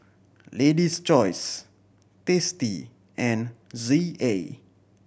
Lady's Choice Tasty and Z A